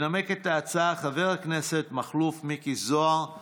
התאחדות הספרדים שומרי תורה,